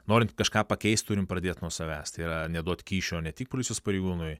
norint kažką pakeist turim pradėt nuo savęs tai yra neduot kyšio ne tik policijos pareigūnui